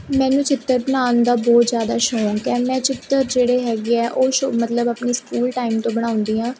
ਮੈਨੂੰ ਚਿੱਤਰ ਬਣਾਉਣ ਦਾ ਬਹੁਤ ਜ਼ਿਆਦਾ ਸ਼ੌਂਕ ਹੈ ਮੈਂ ਚਿੱਤਰ ਜਿਹੜੇ ਹੈਗੇ ਆ ਉਹ ਸ਼ੌ ਮਤਲਬ ਆਪਣੀ ਸਕੂਲ ਟਾਈਮ ਤੋਂ ਬਣਾਉਂਦੀ ਹਾਂ